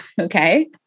okay